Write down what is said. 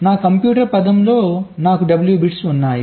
నా కంప్యూటర్ పదంలో నాకు W బిట్స్ ఉన్నాయి